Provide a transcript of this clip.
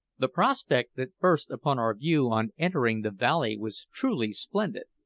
the prospect that burst upon our view on entering the valley was truly splendid.